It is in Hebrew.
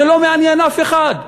זה לא מעניין אף אחד,